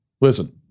Listen